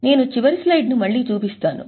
నేను చివరి స్లైడ్ను మళ్ళీ చూపిస్తాను